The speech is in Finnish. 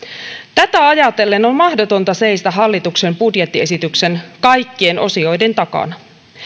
tätä ajatellen on mahdotonta seistä hallituksen budjettiesityksen kaikkien osioiden takana